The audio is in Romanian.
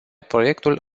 proiectul